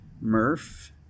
Murph